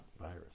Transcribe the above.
virus